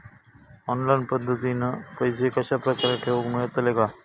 Online पद्धतीन पैसे कश्या प्रकारे ठेऊक मेळतले काय?